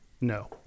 No